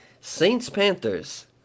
Saints-Panthers